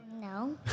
No